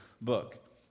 book